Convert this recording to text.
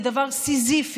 זה דבר סיזיפי,